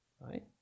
right